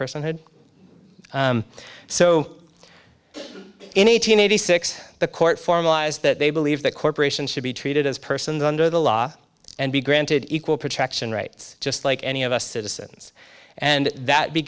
personhood so in eight hundred eighty six the court formalized that they believe that corporations should be treated as persons under the law and be granted equal protection rights just like any of us citizens and that